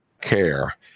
care